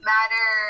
Matter